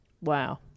Wow